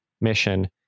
mission